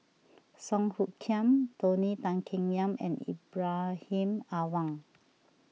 Song Hoot Kiam Tony Tan Keng Yam and Ibrahim Awang